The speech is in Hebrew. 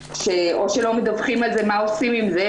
או שלא מדווחים מה עושים עם זה.